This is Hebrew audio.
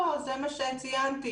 זה מה שציינתי.